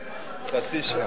הזה.